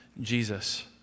Jesus